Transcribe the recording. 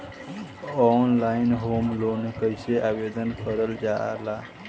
Online home loan कैसे आवेदन करल जा ला?